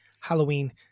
Halloween